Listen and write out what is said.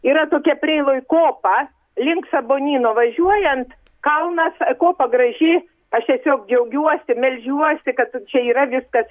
yra tokia preiloj kopa link sabonyno važiuojant kalnas kopa graži aš tiesiog džiaugiuosi meldžiuosi kad čia yra viskas